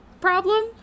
problem